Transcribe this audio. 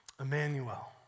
Emmanuel